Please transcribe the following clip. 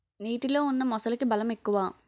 నీటిలో ఉన్న మొసలికి బలం ఎక్కువ